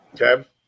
Okay